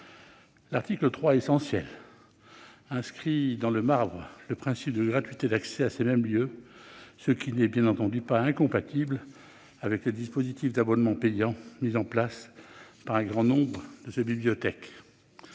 L'article 3, essentiel, inscrit dans le marbre le principe de gratuité d'accès à ces mêmes lieux, ce qui n'est bien entendu pas incompatible avec les dispositifs d'abonnements payants mis en place par un grand nombre de ces bibliothèques.